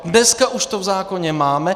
Dneska už to v zákoně máme.